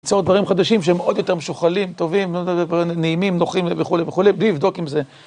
ליצור דברים חדשים שהם עוד יותר משוכללים, טובים, נעימים, נוחים וכולי וכולי, בלי לבדוק אם זה...